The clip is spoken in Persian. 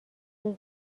روز